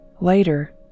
Later